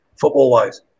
football-wise